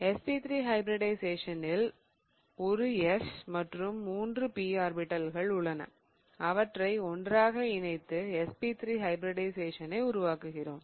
sp3 ஹைபிரிடிஷயேசனில் ஒரு s மற்றும் மூன்று p ஆர்பிடல்கள் உள்ளன அவற்றை ஒன்றாக இணைத்து sp3 ஹைபிரிடிஷயேசனை உருவாக்குகிறோம்